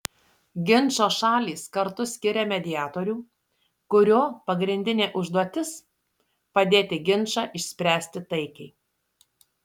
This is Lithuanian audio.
ginčo šalys kartu skiria mediatorių kurio pagrindinė užduotis padėti ginčą išspręsti taikiai